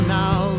now